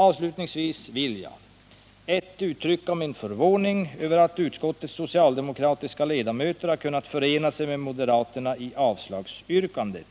Avslutningsvis vill jag för det första uttrycka min förvåning över att utskottets socialdemokratiska ledamöter har kunnat förena sig med moderaterna i avslagsyrkandet